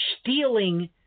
stealing